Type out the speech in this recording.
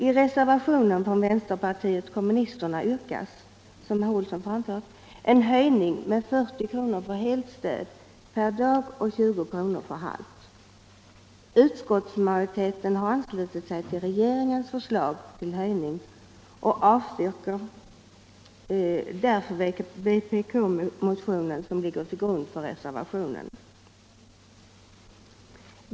I reservationen från vänsterpartiet kommunisterna yrkas — som herr Olsson anfört — en höjning med 40 kr. per dag för helt stöd och 20 kr. för halvt. Utskottsmajoriteten har anslutit sig till regeringens förslag till höjning och avstyrker därför vpk-motionen som ligger till grund för reservationen.